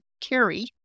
carry